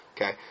okay